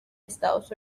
estados